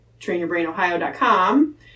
trainyourbrainohio.com